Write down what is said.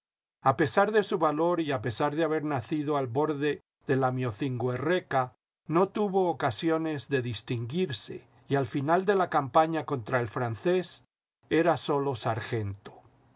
a pesar de su valor y a pesar de haber nacido al borde de lamiocingoerreca no tuvo ocasiones de distinguirse y al final de la campaña contra el francés era sólo sargento